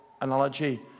analogy